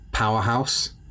powerhouse